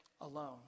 alone